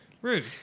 Rude